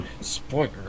spoiler